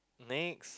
next